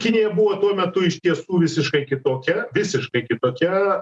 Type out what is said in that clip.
kinija buvo tuo metu iš tiesų visiškai kitokia visiškai kitokia